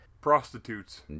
Prostitutes